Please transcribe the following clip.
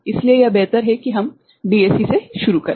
इसलिए यह बेहतर है कि हम डीएसी से शुरू करें